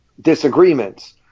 disagreements